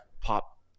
pop